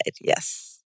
Yes